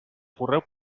correu